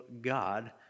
God